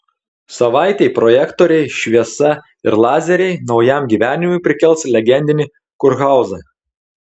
savaitei projektoriai šviesa ir lazeriai naujam gyvenimui prikels legendinį kurhauzą